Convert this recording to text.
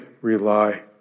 rely